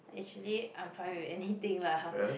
actually I'm fine with anything lah